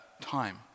time